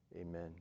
amen